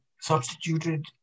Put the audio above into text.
substituted